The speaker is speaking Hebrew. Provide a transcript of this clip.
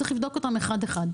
צריך לבדוק אותם אחד-אחד.